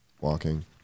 Walking